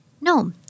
No